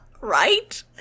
Right